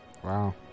Wow